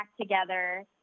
together